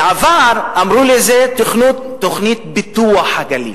בעבר אמרו על זה תוכנית פיתוח הגליל.